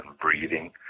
breathing